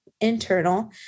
internal